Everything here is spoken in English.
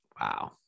Wow